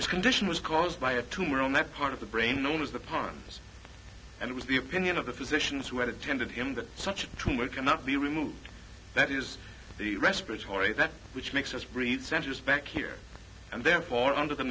his condition was caused by a tumor on that part of the brain known as the pons and it was the opinion of the physicians who had attended him that such a tumor cannot be removed that is the respiratory that which makes us breathe centers back here and therefore under the